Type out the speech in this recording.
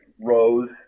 Rose